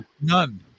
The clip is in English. none